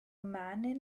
man